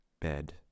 bed